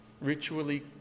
ritually